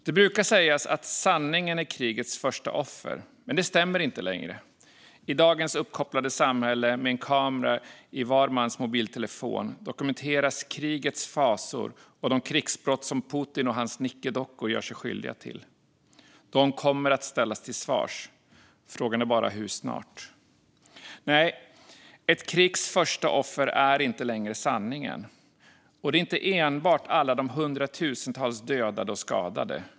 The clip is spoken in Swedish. Det brukar sägas att sanningen är krigets första offer, men det stämmer inte längre. I dagens uppkopplade samhälle med en kamera i var mans mobiltelefon dokumenteras krigets fasor och de krigsbrott som Putin och hans nickedockor gör sig skyldiga till. De kommer att ställas till svars. Frågan är bara hur snart. Nej, ett krigs första offer är inte längre sanningen. Det är inte heller enbart alla de hundratusentals dödade och skadade.